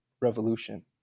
revolution